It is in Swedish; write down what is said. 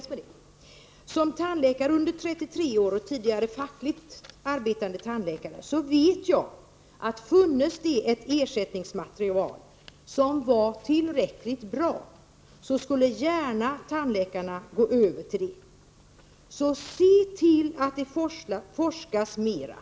Som tandläkare under 33 år och som tidigare fackligt arbetande tandläkare vet jag att om det funnes ett tillräckligt bra ersättningsmaterial skulle tandläkarna gärna gå över till det. Så se till att det forskas mera!